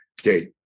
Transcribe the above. Okay